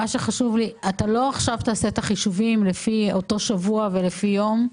חשוב לי שלא תעשה את החישובים לפי אותו שבוע ולפי יום,